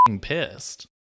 pissed